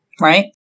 right